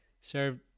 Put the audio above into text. served